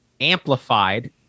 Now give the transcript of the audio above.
amplified